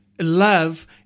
love